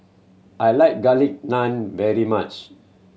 I like Garlic Naan very much